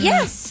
Yes